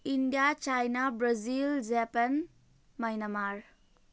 India China Brazil Japan Myanmar